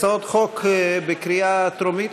הצעות חוק לקריאה טרומית.